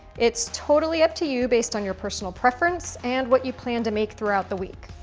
it's totally up to you based on your personal preference and what you plan to make throughout the week.